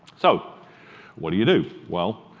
so what do you do? well,